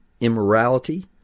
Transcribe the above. immorality